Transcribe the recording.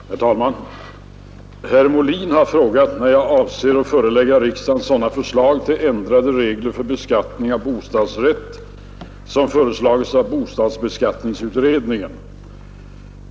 Herr talman! Herr Molin har frågat när jag avser att förelägga riksdagen sådana förslag till ändrade regler för beskattning av bostadsrätt som föreslagits av bostadsbeskattningsutredningen.